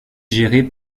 gérée